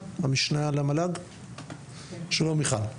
שלום מיכל.